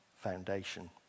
foundation